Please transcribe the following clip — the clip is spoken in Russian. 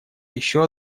еще